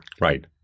Right